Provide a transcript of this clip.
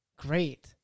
great